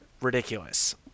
ridiculous